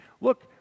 look